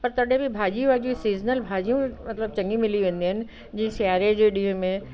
पर तॾहिं बि भाॼी वाॼी सीज़नल भाॼियूं मतिलबु चङी मिली वेंदियूं आहिनि जीअं सियारे जे ॾींहुं में